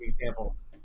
examples